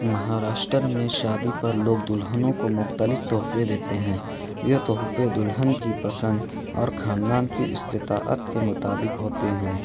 مہاراشٹر میں شادی پر لوگ دلہنوں کو مختلف تحفے دیتے ہیں یہ تحفے دلہن کی پسند اور خاندان کی استطاعت کے مطابق ہوتے ہیں